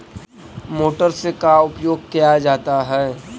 Motor से का उपयोग क्या जाता है?